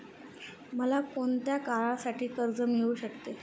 मला कोणत्या काळासाठी कर्ज मिळू शकते?